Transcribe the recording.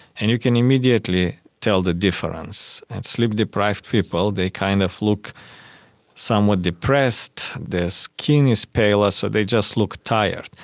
and you can immediately tell the difference. and sleep deprived people, they kind of look somewhat depressed, their skin is paler, so they just look tired.